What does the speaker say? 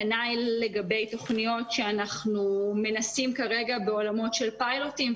כנ"ל לגבי תוכניות שאנחנו מנסים כרגע בעולמות של פיילוטים,